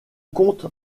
compte